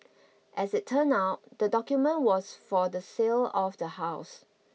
as it turned out the document was for the sale of the house